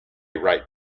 right